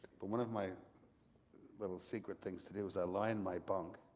but one of my little secret things to do is i lie in my bunk,